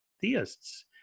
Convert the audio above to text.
theists